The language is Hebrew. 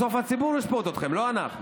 בסוף הציבור ישפוט אתכם, לא אנחנו.